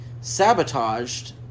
sabotaged